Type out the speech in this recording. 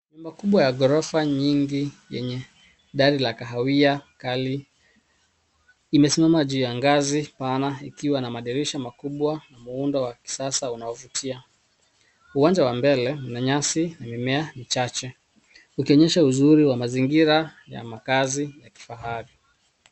Nyumba kubwa ya ghorofa nyingi yenye dari la kahawia kali imesamama juu ya ngazi pana ikiwa na madirisha makubwa na muundo wa kisasa unaovutia. Uwanja wa mbele una nyasi na mimea michache, ukionyesha uzuri wa mazingira ya makazi ya kifahari.